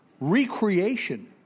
recreation